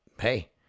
hey